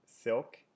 silk